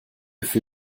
für